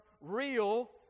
real